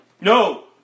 No